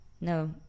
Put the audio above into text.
No